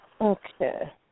Okay